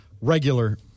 regular